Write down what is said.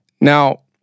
Now